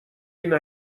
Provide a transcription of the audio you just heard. این